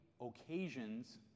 occasions